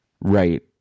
Right